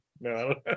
No